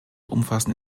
umfassend